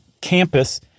campus